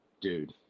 dude